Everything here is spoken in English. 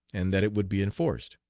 and that it would be enforced.